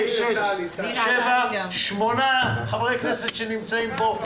שמונה חברי כנסת שנמצאים פה.